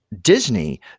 Disney